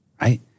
right